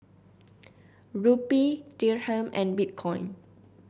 Rupee Dirham and Bitcoin